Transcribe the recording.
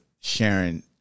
sharing